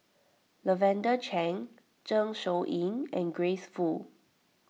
Lavender Chang Zeng Shouyin and Grace Fu